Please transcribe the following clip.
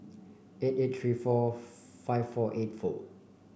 eight eight three four five four eight four